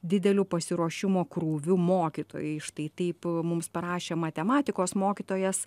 dideliu pasiruošimo krūvių mokytojai štai taip mums parašė matematikos mokytojas